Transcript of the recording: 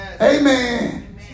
Amen